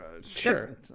sure